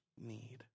need